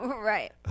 Right